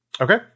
Okay